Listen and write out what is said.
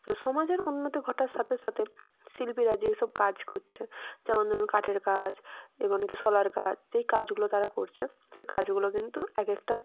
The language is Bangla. তো সমাজের উন্নতি ঘটার সাথে সাথে শিল্পীরা যেইসব কাজ কোচ্ছে যেমন ধরুন কাঠের কাজ এবং যে শোলার কাজ যেই কাজগুলো তারা করছে সে কাজগুলো কিন্তু এক একটা